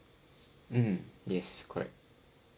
mm yes correct